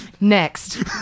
Next